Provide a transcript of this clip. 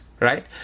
Right